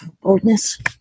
Boldness